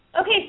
Okay